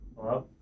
Hello